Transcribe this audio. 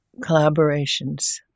collaborations